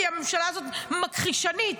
כי הממשלה הזאת מכחישנית,